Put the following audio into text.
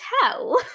tell